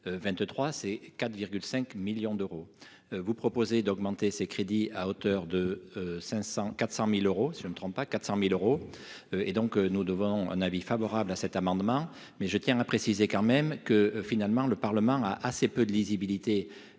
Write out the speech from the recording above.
2023, ces 4 5 millions d'euros, vous proposez d'augmenter ses crédits à hauteur de 500 400000 euros, si je me trompe pas 400000 euros et donc nous devons un avis favorable à cet amendement, mais je tiens à préciser quand même que, finalement, le Parlement a assez peu de lisibilité